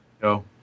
go